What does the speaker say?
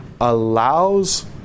allows